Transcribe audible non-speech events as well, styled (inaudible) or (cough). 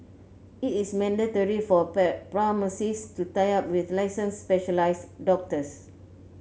it is mandatory for (unintelligible) pharmacies to tie up with licensed specialised doctors